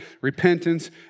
repentance